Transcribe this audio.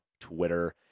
Twitter